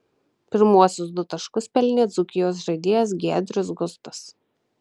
pirmuosius du taškus pelnė dzūkijos žaidėjas giedrius gustas